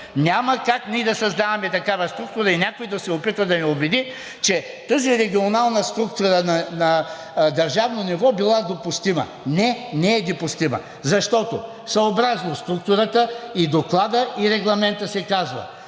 Няма как ние да създаваме такава структура и някой да се опитва да ни убеди, че тази регионална структура на държавно ниво била допустима. Не, не е допустима! Защото съобразно структурата и Доклада, и Регламента, се казва: